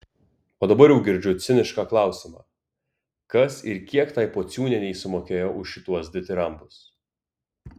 o dabar jau girdžiu cinišką klausimą kas ir kiek tai pociūnienei sumokėjo už šituos ditirambus